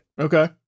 Okay